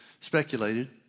speculated